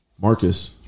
Marcus